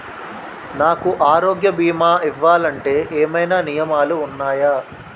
నాకు ఆరోగ్య భీమా ఇవ్వాలంటే ఏమైనా నియమాలు వున్నాయా?